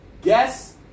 guess